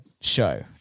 show